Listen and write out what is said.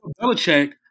belichick